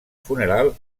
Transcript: funeral